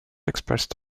expressed